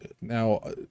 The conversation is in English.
now